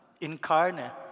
incarnate